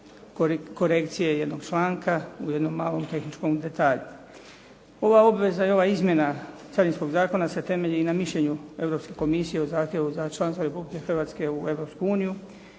korekcije jednog članka u jednom malom tehničkom detalju. Ova obveza i ova izmjena Carinskog zakona se temelji i na mišljenju Europske komisije o zahtjevu za članstvo Republike Hrvatske u Europsku uniju,